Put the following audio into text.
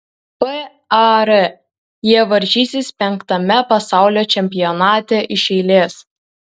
par jie varžysis penktame pasaulio čempionate iš eilės